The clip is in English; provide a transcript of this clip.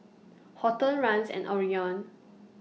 Horton Rance and Orion